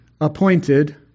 appointed